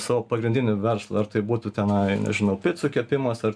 savo pagrindinį verslą ar tai būtų tenai nežinau picų kepimas ar